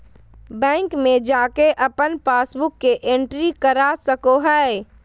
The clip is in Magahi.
बैंक में जाके अपन पासबुक के एंट्री करा सको हइ